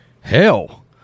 Hell